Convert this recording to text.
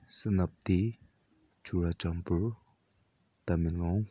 Senapati Churachandpur Tamenglong